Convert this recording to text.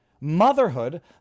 motherhood